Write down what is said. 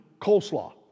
coleslaw